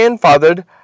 fathered